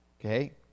okay